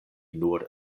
nur